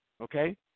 okay